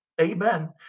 Amen